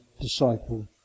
disciple